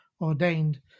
ordained